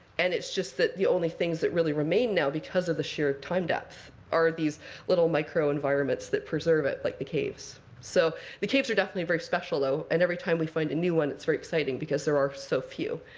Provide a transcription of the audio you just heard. and it's just that the only things that really remain now, because of the sheer time depth, are these little micro-environments that preserve it, like the caves. so the caves are definitely very special, though. and every time we find a new one it's very exciting, because there are so few.